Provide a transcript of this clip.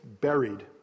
buried